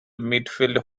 midfield